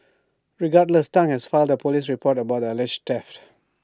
regardless Tang has father polish the report about the alleged theft